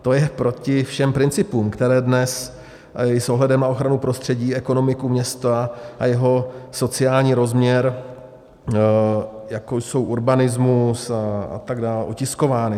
To je proti všem principům, které dnes i s ohledem na ochranu prostředí, ekonomiku města a jeho sociální rozměr, jako jsou urbanismus a tak dál, utiskovány.